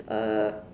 uh